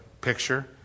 Picture